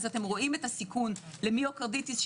רואים את הסיכון למיוקרדיטיס,